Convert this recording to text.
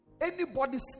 Anybody's